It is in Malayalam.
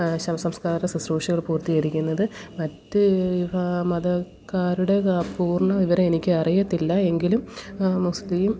ശവസംസ്കാര ശുശ്രൂഷകൾ പൂർത്തീകരിക്കുന്നത് മറ്റ് വിഫാ മതക്കാരുടെ പൂർണ വിവരം എനിക്കറിയത്തില്ല എങ്കിലും മുസ്ലിം